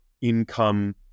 income